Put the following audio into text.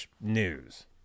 news